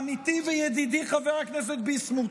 עמיתי וידידי חבר הכנסת ביסמוט,